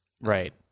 Right